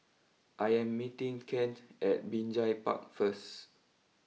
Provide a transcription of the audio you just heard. I am meeting Kent at Binjai Park first